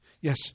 Yes